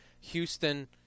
Houston